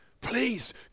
Please